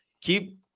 Keep